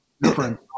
different